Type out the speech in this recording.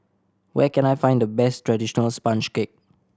where can I find the best traditional sponge cake